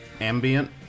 ambient